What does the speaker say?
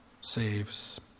saves